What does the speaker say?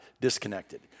disconnected